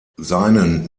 seinen